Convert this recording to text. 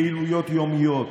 פעילויות יומיות,